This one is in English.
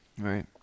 Right